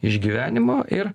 iš gyvenimo ir